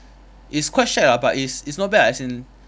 it's quite shagged lah but it's it's not bad ah as in